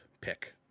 pick